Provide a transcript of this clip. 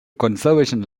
conservation